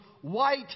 white